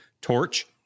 torch